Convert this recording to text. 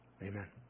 Amen